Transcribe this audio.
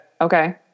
okay